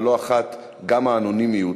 ולא אחת גם האנונימיות,